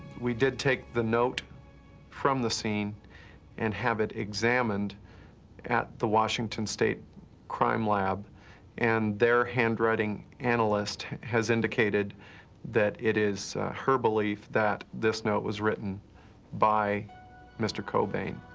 we did take the note from the scene and have it examined at the washington state crime lab and their handwriting analyst has indicated that it is her belief that this note was written by mr. cobain.